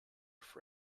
for